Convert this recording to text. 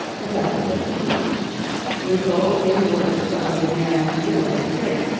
a justice of the peace we told his worship of the man's villainous tricks,